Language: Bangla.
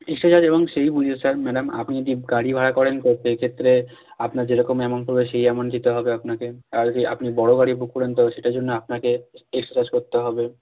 এবং সেই বুঝে স্যার ম্যাডাম আপনি কী গাড়ি ভাড়া করেন তো সেই ক্ষেত্রে আপনার যেরকম অ্যামাউন্ট হবে সেই অ্যামাউন্ট দিতে হবে আপনাকে আর যদি আপনি বড়ো গাড়ি বুক করেন তো সেটার জন্য আপনাকে করতে হবে